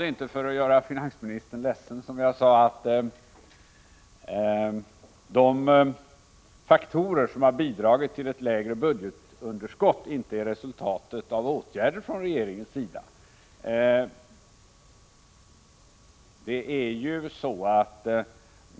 Det var inte för att göra finansministern ledsen som jag sade att de faktorer som har bidragit till ett lägre budgetunderskott inte är resultatet av åtgärder från regeringens sida.